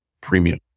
premium